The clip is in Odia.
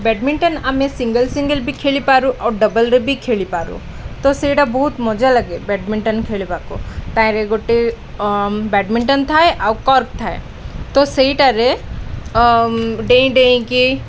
ବ୍ୟାଡ଼ମିଣ୍ଟନ ଆମେ ସିଙ୍ଗଲ୍ ସିଙ୍ଗଲ୍ ବି ଖେଳିପାରୁ ଆଉ ଡବଲ୍ରେ ବି ଖେଳିପାରୁ ତ ସେଇଟା ବହୁତ ମଜା ଲାଗେ ବ୍ୟାଡ଼ମିଣ୍ଟନ ଖେଳିବାକୁ ତାହିଁରେ ଗୋଟେ ବ୍ୟାଡ଼ମିଣ୍ଟନ ଥାଏ ଆଉ କର୍କ ଥାଏ ତ ସେଇଟାରେ ଡେଇଁ ଡେଇଁକି